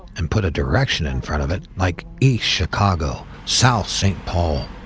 and put a direction in front of it like east chicago, south st. paul